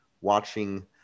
watching